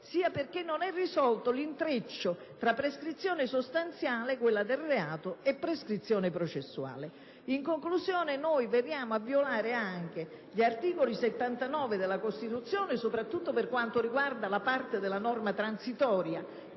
sia perché non è risolto l'intreccio tra prescrizione sostanziale (quella del reato) e prescrizione processuale. In conclusione, noi veniamo a violare anche gli articoli 79, soprattutto per quanto riguarda la parte della norma transitoria